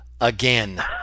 again